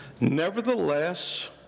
Nevertheless